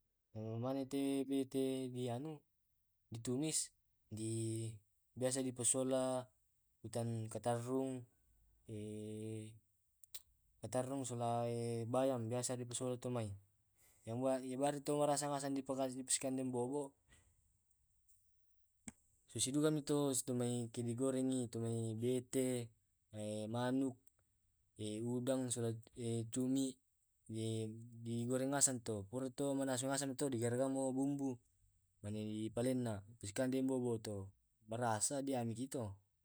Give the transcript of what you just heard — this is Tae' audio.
mane te bete di anu di tumis di biasa di pasola utan katarrung, katarrung sola bayam biasa di pasola tumai. Iya iyamari to marasa di pasikande bobo, sisidugaki stumai na di gorengki tumai bete manuk, udang sola cumi. Di digoreng ngaseng to digoreng mangasang asang to. Purai to mangasang asang to di garagai bumbu mani di palenne di pasi kande bobo to marasa dianu ki to